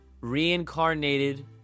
reincarnated